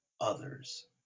others